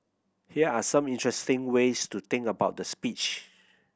here are some interesting ways to think about the speech